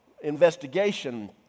investigation